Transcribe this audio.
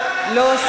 לא, לא.